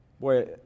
Boy